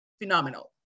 phenomenal